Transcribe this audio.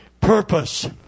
purpose